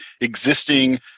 existing